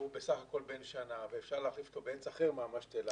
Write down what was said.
הוא בסך הכול בן שנה ואפשר להחליף אותו בעץ אחר מהמשתלה,